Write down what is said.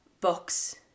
books